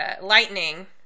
Lightning